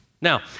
Now